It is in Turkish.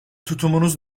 tutumunuz